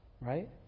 Right